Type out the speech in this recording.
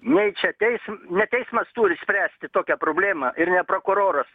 nei čia teism ne teismas turi spręsti tokią problemą ir ne prokuroras